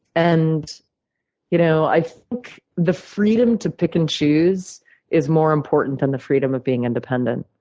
and you know i think the freedom to pick and choose is more important than the freedom of being independent.